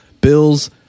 Bills